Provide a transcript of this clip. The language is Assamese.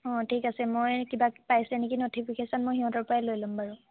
অঁ ঠিক আছে মই কিবা পাইছে নেকি নটিফিকেশ্যন মই সিহঁতৰ পৰাই লৈ ল'ম বাৰু